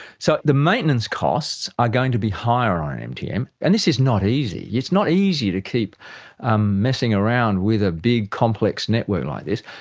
so the maintenance costs are going to be higher on mtm. and this is not easy. it's not easy to keep ah messing around with a big, complex network like this.